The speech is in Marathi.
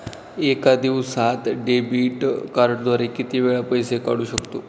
एका दिवसांत डेबिट कार्डद्वारे किती वेळा पैसे काढू शकतो?